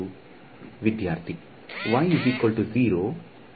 ವಿದ್ಯಾರ್ಥಿ ಮತ್ತು